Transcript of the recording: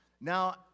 Now